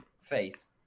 face